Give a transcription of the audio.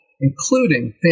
including